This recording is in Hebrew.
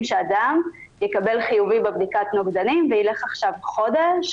שאדם יקבל חיובי בבדיקת נוגדנים ויילך עכשיו חודש